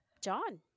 john